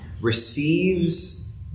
receives